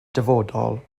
dyfodol